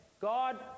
God